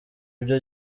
ibyo